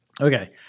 Okay